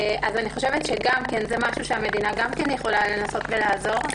אני חושבת שזה דבר שהמדינה יכולה לנסות לעזור בו,